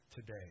today